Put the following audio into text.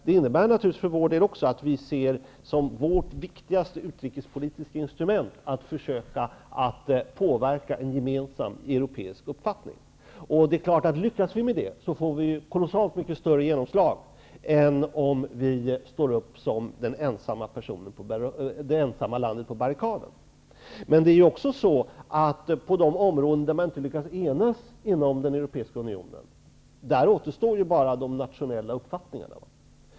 Det innebär för vår del att vi ser som vårt viktigaste utrikespolitiska instrument att försöka påverka en gemensam europeisk uppfattning. Lyckas vi med det, får vi självfallet ett kolossalt mycket större genomslag än om vi står upp som det ensamma landet på barrikaderna. Men det är också så att på de områden som man inte lyckas enas inom den europeiska unionen, återstår bara de nationella uppfattningarna.